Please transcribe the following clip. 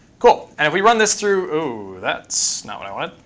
cool. and if we run this through oh, that's not what i wanted.